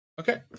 Okay